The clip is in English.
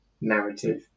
narrative